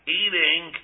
eating